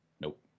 nope